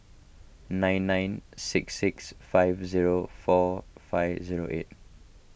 nine nine six six five zero four five zero eight